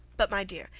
but, my dear,